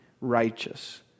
righteous